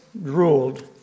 ruled